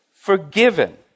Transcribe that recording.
forgiven